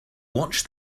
watched